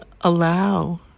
allow